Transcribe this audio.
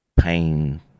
pain